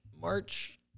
March